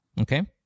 Okay